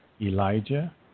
Elijah